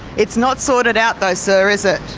it's not sorted out though, sir, is it?